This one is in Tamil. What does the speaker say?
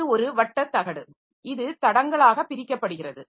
இது ஒரு வட்டதகடு இது தடங்களாக பிரிக்கப்படுகிறது